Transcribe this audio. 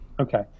okay